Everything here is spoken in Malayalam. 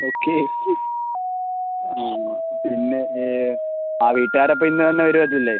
ഓക്കേ ആ എന്നാൽ പിന്നെ ആ വീട്ടുകാർ അപ്പോൾ ഇന്ന് തന്നെ വരുമല്ലേ